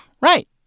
Right